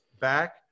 Back